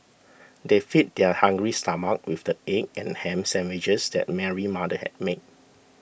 they fed their hungry stomachs with the egg and ham sandwiches that Mary's mother had made